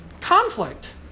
conflict